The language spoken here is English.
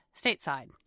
stateside